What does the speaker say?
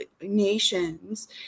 nations